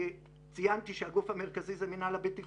ציינתי שהגוף המרכזי זה מינהל הבטיחות,